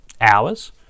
hours